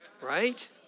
Right